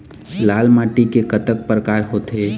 लाल माटी के कतक परकार होथे?